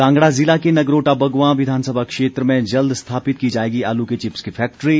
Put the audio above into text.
कांगड़ा जिला के नगरोटा बगवां विधानसभा क्षेत्र में जल्द स्थापित की जाएगी आलू के चिप्स की फैक्ट्री